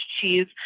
cheese